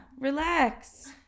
relax